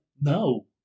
No